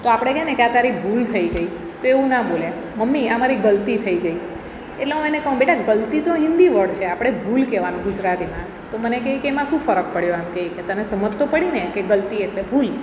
તો આપણે કે ને કે આ તારી ભૂલ થઈ ગઈ તો એવું ના બોલે મમ્મી આ મારી ગલતી થઈ ગઈ એટલે હું એને કહું બેટા ગલતી તો હિન્દી વર્ડ છે આપણે ભૂલ કહેવાનું ગુજરાતીમાં તો મને કે એ કે એમાં શું ફરક પડ્યો આમ કહીએ કે તને સમજ તો પડીને કે ગલતી એટલે ભૂલ